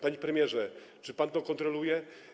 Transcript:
Panie premierze, czy pan to kontroluje?